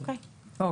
אוקיי.